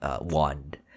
wand